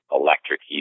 electric